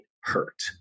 hurt